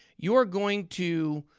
you're going to